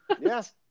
Yes